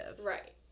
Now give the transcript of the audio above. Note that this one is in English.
Right